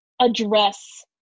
address